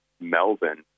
Melbourne